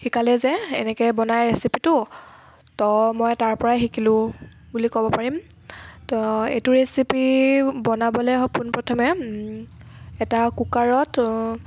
শিকালে যে এনেকৈ বনায় ৰেচিপিটো ত মই তাৰপৰাই শিকিলো বুলি ক'ব পাৰিম ত এইটো ৰেচিপি বনাবলৈ পোন প্ৰথমে এটা কুকাৰত